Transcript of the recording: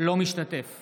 אינו משתתף